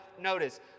Notice